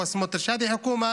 העיקר